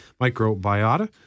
microbiota